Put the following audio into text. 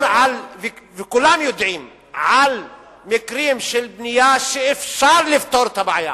כולם יודעים על מקרים של בנייה שאפשר לפתור את הבעיה,